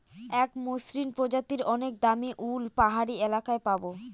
এক মসৃন প্রজাতির অনেক দামী উল পাহাড়ি এলাকায় পাবো